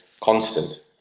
constant